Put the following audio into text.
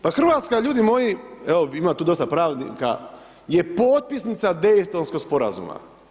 Pa Hrvatska, ljudi moji, evo ima tu dosta pravnika, je potpisnica Daytonskog sporazuma.